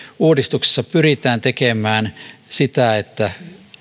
uudistuksessa pyritään tekemään niin että